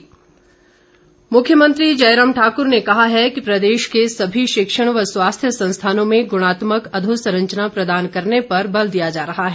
मुख्यमंत्री मुख्यमंत्री जयराम ठाकुर ने कहा है कि प्रदेश के सभी शिक्षण व स्वास्थ्य संस्थानों में गुणात्मक अधोसंरचना प्रदान करने पर बल दिया जा रहा है